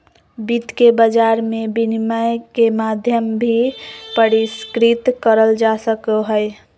वित्त के बाजार मे विनिमय के माध्यम भी परिष्कृत करल जा सको हय